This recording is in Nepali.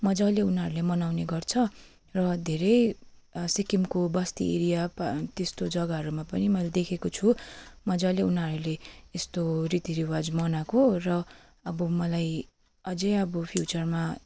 मज्जाले उनीहरूले मनाउने गर्छ र धेरै सिक्किमको बस्ती एरिया त्यस्तो जग्गाहरूमा पनि मैले देखेको छु मज्जाले उनीहरूले यस्तो रीतिरिवाज मनाएको र अब मलाई अझै अब फ्युचरमा